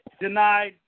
denied